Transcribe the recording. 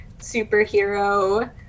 superhero